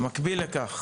במקביל לכך